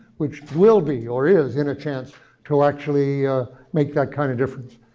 which will be or is in a chance to actually make that kind of difference,